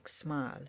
smile